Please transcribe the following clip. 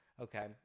okay